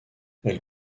elle